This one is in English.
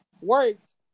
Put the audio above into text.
works